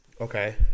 Okay